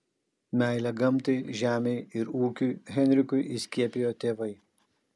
meilę gamtai žemei ir ūkiui henrikui įskiepijo tėvai